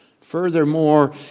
Furthermore